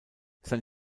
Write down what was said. sein